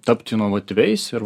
tapt inovatyviais ir